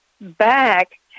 back